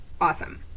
Awesome